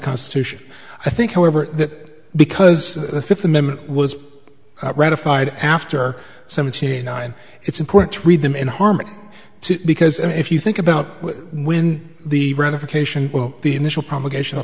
constitution i think however that because the fifth amendment was ratified after seventeen nine it's important to read them in harmony because if you think about when the ratification of the initial publication of